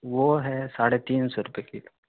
وہ ہے ساڑھے تین سو روپے کلو